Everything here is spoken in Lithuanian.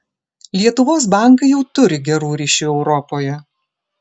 lietuvos bankai jau turi gerų ryšių europoje